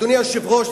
אדוני היושב-ראש,